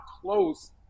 close